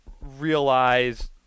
realize